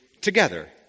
together